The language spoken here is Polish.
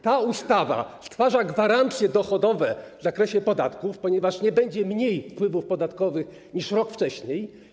Ta ustawa stwarza gwarancje dochodowe w zakresie podatków, ponieważ nie będzie mniej wpływów podatkowych niż rok wcześniej.